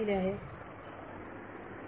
Refer Time 1316